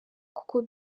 kuko